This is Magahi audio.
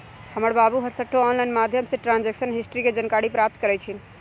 हमर बाबू हरसठ्ठो ऑनलाइन माध्यमें से ट्रांजैक्शन हिस्ट्री के जानकारी प्राप्त करइ छिन्ह